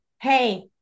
Hey